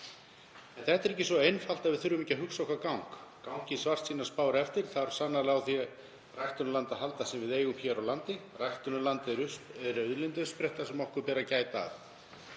þetta er ekki svo einfalt að við þurfum ekki að hugsa okkar gang. Gangi svartsýnar spár eftir þurfum við sannarlega á því ræktunarlandi að halda sem við eigum hér á landi. Ræktunarland er auðlindauppspretta sem okkur ber að gæta að.